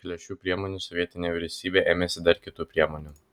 šalia šių priemonių sovietinė vyriausybė ėmėsi dar kitų priemonių